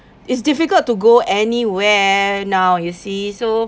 it's difficult to go anywhere now you see so